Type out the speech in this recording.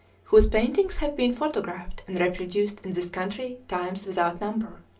whose paintings have been photographed and reproduced in this country times without number.